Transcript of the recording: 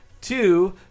Two